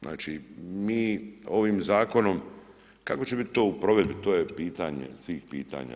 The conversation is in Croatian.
Znači mi ovim zakonom, kako će biti to u provedbi to je pitanje svih pitanja?